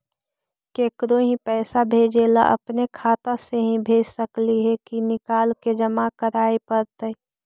केकरो ही पैसा भेजे ल अपने खाता से ही भेज सकली हे की निकाल के जमा कराए पड़तइ?